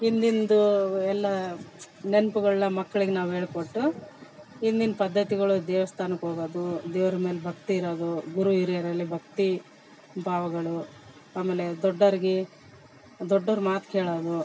ಹಿಂದಿಂದೂ ಎಲ್ಲ ನೆನ್ಪುಗಳ್ನ ಮಕ್ಕಳಿಗ್ ನಾವು ಹೇಳ್ಕೊಟ್ಟು ಹಿಂದಿನ್ ಪದ್ದತಿಗಳು ದೇವಸ್ಥಾನಕ್ ಹೋಗದೂ ದೇವ್ರ ಮೇಲೆ ಭಕ್ತಿ ಇರೋದು ಗುರು ಹಿರಿಯರಲ್ಲಿ ಭಕ್ತಿ ಭಾವಗಳು ಆಮೇಲೆ ದೊಡ್ಡೋರಿಗೆ ದೊಡ್ಡೋರ ಮಾತು ಕೇಳೋದು